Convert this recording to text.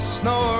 snow